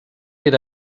era